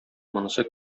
монысы